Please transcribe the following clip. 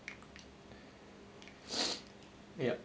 yup